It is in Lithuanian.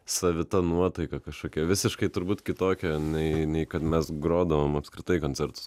savita nuotaika kažkokia visiškai turbūt kitokia nei nei kad mes grodavom apskritai koncertus